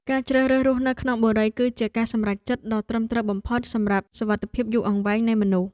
ការជ្រើសរើសរស់នៅក្នុងបុរីគឺជាការសម្រេចចិត្តដ៏ត្រឹមត្រូវបំផុតសម្រាប់សុវត្ថិភាពយូរអង្វែងនៃមនុស្ស។